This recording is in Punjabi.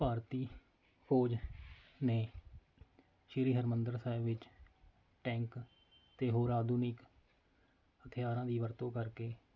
ਭਾਰਤੀ ਫੌਜ ਨੇ ਸ਼੍ਰੀ ਹਰਿਮੰਦਰ ਸਾਹਿਬ ਵਿੱਚ ਟੈਂਕ ਅਤੇ ਹੋਰ ਆਧੁਨਿਕ ਹਥਿਆਰਾਂ ਦੀ ਵਰਤੋਂ ਕਰਕੇ